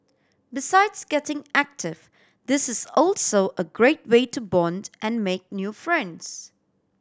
besides getting active this is also a great way to bond and make new friends